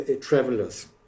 travelers